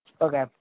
Okay